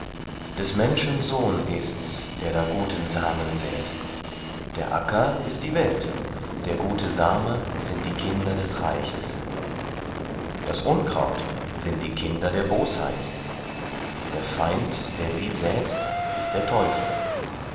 des menschen sohn ist's der da guten samen sät der acker ist die welt der gute same sind die kinder des reiches das unkraut sind die kinder der bosheit der feind der sie sät ist der teufel